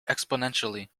exponentially